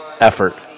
effort